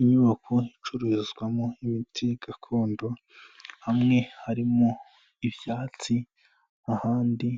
Inyubako icuruzwamo imiti gakondo hamwe harimo ibyatsi ahandi